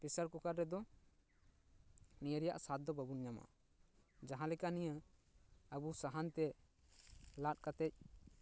ᱯᱮᱥᱟᱨ ᱠᱩᱠᱟᱨ ᱨᱮᱫᱚ ᱱᱤᱭᱟᱹ ᱨᱮᱭᱟᱜ ᱥᱟᱫ ᱫᱚ ᱵᱟᱵᱚ ᱧᱟᱢᱟ ᱡᱟᱦᱟᱸ ᱞᱮᱠᱟ ᱱᱤᱭᱟᱹ ᱟᱵᱚ ᱥᱟᱦᱟᱱ ᱛᱮ ᱞᱟᱫ ᱠᱟᱛᱮ